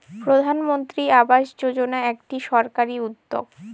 প্রধানমন্ত্রী আবাস যোজনা একটি সরকারি উদ্যোগ